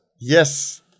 yes